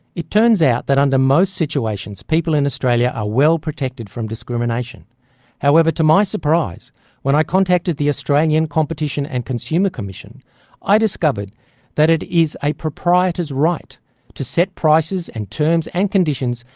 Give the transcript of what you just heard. it turns out that under most situations, people in australia are well protected from discrimination however to my surprise when i contacted the australian competition and consumer commission i discovered that it is a proprietors right to set prices and terms and conditions,